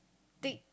tick